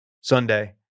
sunday